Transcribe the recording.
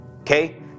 okay